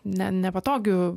ne nepatogiu